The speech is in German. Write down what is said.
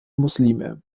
muslime